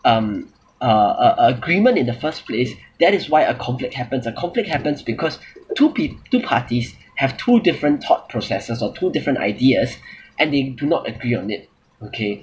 um uh uh agreement in the first place that is why a conflict happens a conflict happens because two peop~ two parties have two different thought processes or two different ideas and they do not agree on it okay